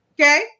Okay